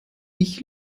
ich